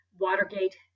Watergate